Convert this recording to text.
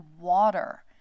water